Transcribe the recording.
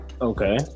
Okay